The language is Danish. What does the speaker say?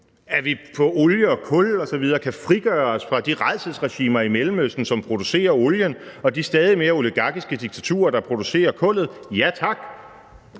til olie og kul osv. kan frigøre sig fra de rædselsregimer i Mellemøsten, som producerer olien, og de stadig mere oligarkiske diktaturer, der producerer kullet, ja tak,